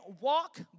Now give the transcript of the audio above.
walk